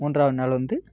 மூன்றாவது நாள் வந்து